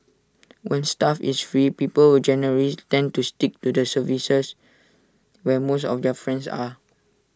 when stuff is free people will generally tend to stick to the services where most of their friends are